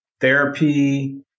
Therapy